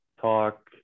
talk